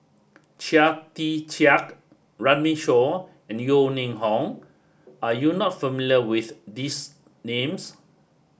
Chia Tee Chiak Runme Shaw and Yeo Ning Hong are you not familiar with these names